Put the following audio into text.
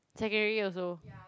secondary also